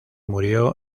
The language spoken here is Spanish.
murió